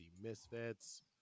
Misfits